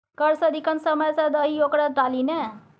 कर सदिखन समय सँ दही ओकरा टाली नै